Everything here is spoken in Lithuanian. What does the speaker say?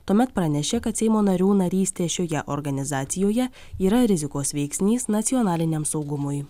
tuomet pranešė kad seimo narių narystė šioje organizacijoje yra rizikos veiksnys nacionaliniam saugumui